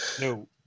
no